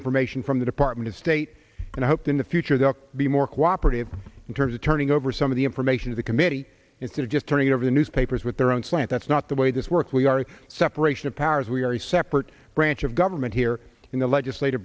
information from the department of state and i hope in the future the be more cooperative in terms of turning over some of the information to the committee instead of just turning over the newspapers with their own slant that's not the way this work we are a separation of powers we are he separate branch of government here in the legislat